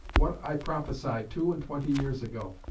what i prophesied two and twenty years ago,